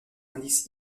indice